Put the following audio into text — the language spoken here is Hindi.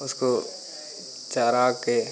उसको चराकर